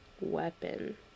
Weapon